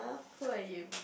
poor you